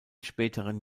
späteren